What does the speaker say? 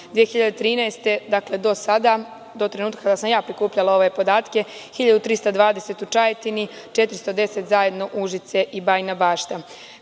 dakle do sada, do trenutka kada sam ja prikupljala ove podatke 1.320 u Čajetini, 410 zajedno Užice i Bajina Bašta. Kao